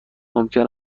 ممکن